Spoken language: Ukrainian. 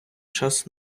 час